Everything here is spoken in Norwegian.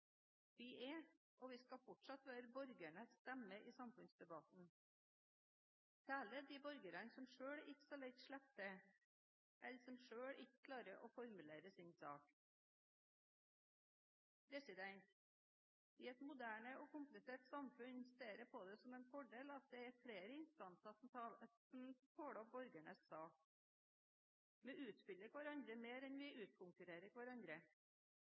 Vi er, og skal fortsatt være, borgernes stemme i samfunnsdebatten, særlig de borgerne som selv ikke så lett slipper til, eller som selv ikke klarer å formulere sin sak. I et moderne og komplisert samfunn ser jeg på det som en fordel at det er flere instanser som taler borgernes sak. Vi utfyller hverandre mer enn vi utkonkurrerer hverandre.